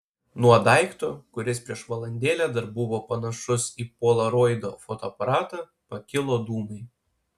nuo daikto kuris prieš valandėlę dar buvo panašus į polaroido fotoaparatą pakilo dūmai